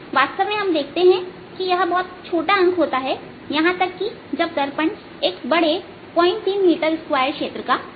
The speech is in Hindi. वास्तव में अब देखते हैं कि यह बहुत छोटा अंक होता है यहां तक कि जब दर्पण एक बड़े 03 मीटर स्क्वायर क्षेत्र का हो